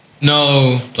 no